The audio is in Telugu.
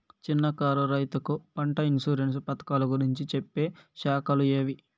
చిన్న కారు రైతుకు పంట ఇన్సూరెన్సు పథకాలు గురించి చెప్పే శాఖలు ఏవి?